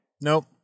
Nope